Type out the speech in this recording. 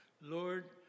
Lord